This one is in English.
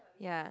ya